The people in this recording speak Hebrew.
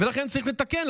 לכן צריך לתקן.